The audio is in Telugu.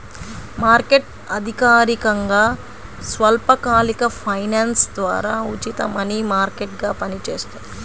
మార్కెట్ అధికారికంగా స్వల్పకాలిక ఫైనాన్స్ ద్వారా ఉచిత మనీ మార్కెట్గా పనిచేస్తుంది